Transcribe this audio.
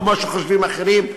כמו שחושבים אחרים.